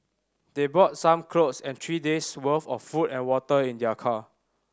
they brought some clothes and three day's worth of food and water in their car